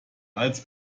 als